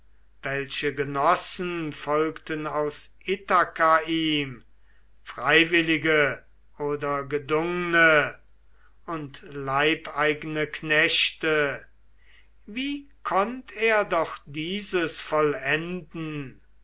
welche genossen folgten aus ithaka ihm freiwillige oder gedungne und leibeigene knechte wie konnt er doch dieses vollenden